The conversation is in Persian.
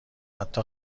حتی